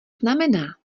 znamená